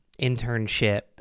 internship